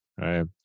right